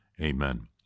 Amen